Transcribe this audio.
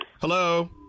Hello